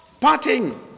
parting